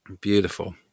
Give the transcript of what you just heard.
beautiful